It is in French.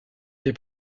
des